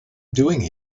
doing